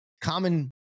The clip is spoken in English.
common